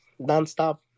nonstop